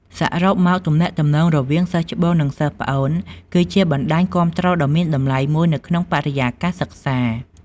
សរុបមក ទំនាក់ទំនងរវាងសិស្សច្បង និងសិស្សប្អូន គឺជាបណ្តាញគាំទ្រដ៏មានតម្លៃមួយនៅក្នុងបរិយាកាសសិក្សា។